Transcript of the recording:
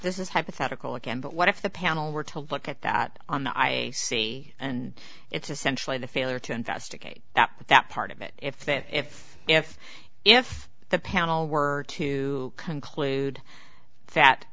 this is hypothetical again but what if the panel were to look at that on the i c and it's essentially the failure to investigate that part of it if that if if if the panel were to conclude